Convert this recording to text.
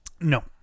No